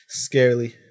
scarily